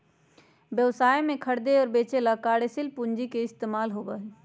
व्यवसाय में खरीदे और बेंचे ला कार्यशील पूंजी के इस्तेमाल होबा हई